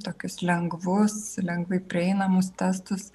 tokius lengvus lengvai prieinamus testus